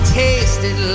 tasted